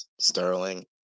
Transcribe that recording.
Sterling